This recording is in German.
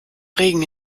regen